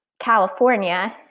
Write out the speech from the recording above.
California